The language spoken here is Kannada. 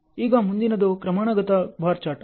ಈಗ ಮುಂದಿನದು ಕ್ರಮಾನುಗತ ಬಾರ್ ಚಾರ್ಟ್ಗೆ